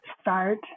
start